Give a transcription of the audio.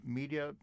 media